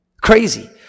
Crazy